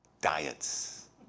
diets